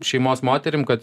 šeimos moterim kad